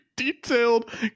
detailed